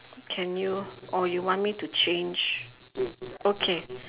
can you or you want me to change okay